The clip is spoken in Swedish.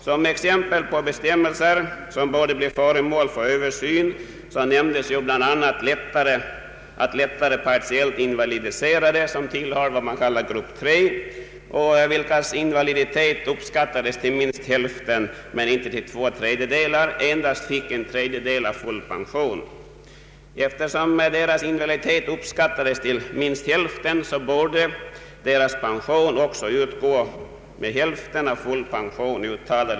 Som exempel på bestämmelser som borde bli föremål för översyn nämndes bl.a. att lättare partiellt invalidiserade, tillhörande vad man kallar grupp III och vilkas invaliditet uppskattades till minst hälften men inte till två tredjedelar, endast fick en tredjedel av folkpensionen. Eftersom deras invaliditet uppskattades = till minst hälften, borde enligt motionärernas uppfattning deras pension också utgå med hälften av full pension.